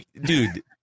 dude